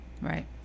Right